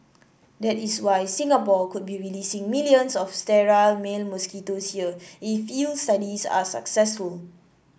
that is why Singapore could be releasing millions of sterile male mosquitoes here if field studies are successful